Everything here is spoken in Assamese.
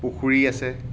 পুখুৰী আছে